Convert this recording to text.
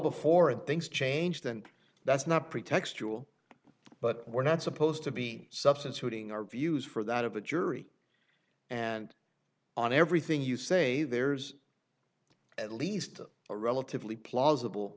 before and things changed and that's not pretextual but we're not supposed to be substituting our views for that of a jury and on everything you say there's at least a relatively plausible